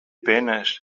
penes